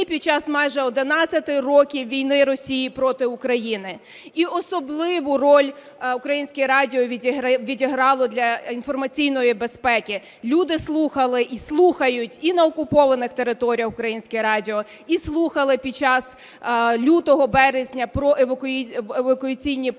під час майже 11 років війни Росії проти України. І особливу роль Українське радіо відіграло для інформаційної безпеки, люди слухали і слухають і на окупованих територіях Українське радіо, і слухали під час лютого-березня про евакуаційні потяги.